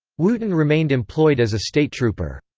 wooten remained employed as a state trooper.